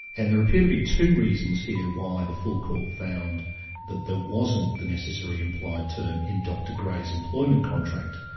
and there appear to be two reasons here why the full court found that there wasn't the necessary implied term in dr gray's employment contract.